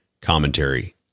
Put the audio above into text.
commentary